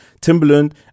Timberland